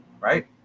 Right